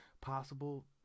possible